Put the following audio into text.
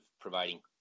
providing